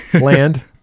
land